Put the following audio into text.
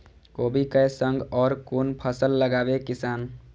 कोबी कै संग और कुन फसल लगावे किसान?